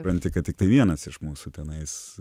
supranti kad tiktai vienas iš mūsų tenais